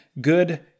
good